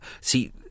See